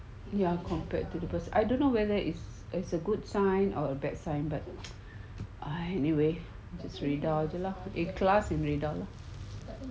ya compared to the first I don't know whether it's it's a good sign or a bad sign but I anyway just redha jer lah ikhlas and redha